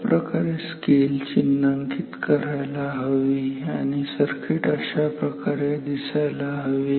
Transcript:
अशाप्रकारे स्केल चिन्हांकित करायला हवी आणि सर्किट अशाप्रकारे दिसायला हवे